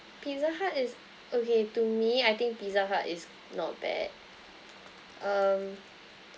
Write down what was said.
pizza hut is okay to me I think pizza hut is not bad um